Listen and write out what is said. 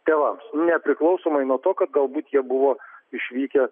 tėvams nepriklausomai nuo to kad galbūt jie buvo išvykę